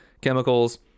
chemicals